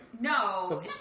No